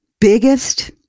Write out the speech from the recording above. biggest